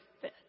fit